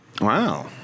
Wow